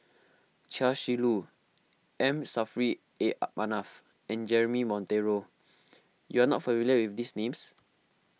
Chia Shi Lu M Saffri A Manaf and Jeremy Monteiro you are not familiar with these names